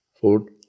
Food